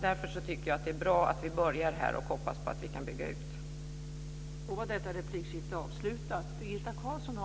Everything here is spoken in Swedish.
Därför tycker jag att det är bra att vi börjar här och hoppas att vi kan bygga ut detta.